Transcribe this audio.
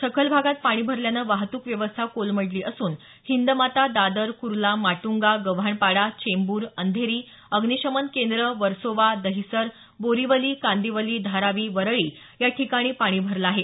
सखल भागात पाणी भरल्यानं वाहतूक व्यवस्था कोलमडली असून हिंदमाता दादर कुर्ला माटुंगा गव्हाणपाडा चेंबूर अंधेरी अग्निशमन केंद्र वर्सोवा दहिसर बोरिवली कांदिवली धारावी वरळी या ठिकाणी पाणी भरलं आहे